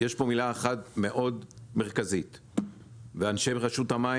יש פה מילה אחת מאוד מרכזית ואנשי רשות המים,